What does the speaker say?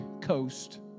Coast